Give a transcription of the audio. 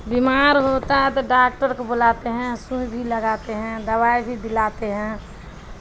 بیمار ہوتا ہے تو ڈاکٹر کو بلاتے ہیں سوئی بھی لگاتے ہیں دوائی بھی دلاتے ہیں